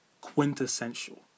quintessential